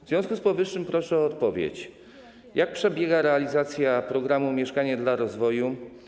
W związku z powyższym proszę o odpowiedź na pytanie: Jak przebiega realizacja programu „Mieszkanie dla rozwoju”